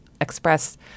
express